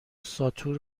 ساتور